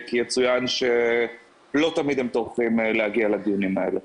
כי יצוין שלא תמיד הם טורחים להגיע לדיונים האלה.